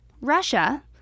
Russia